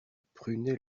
prunay